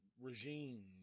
regime